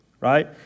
right